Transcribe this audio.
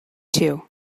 too